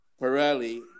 Pirelli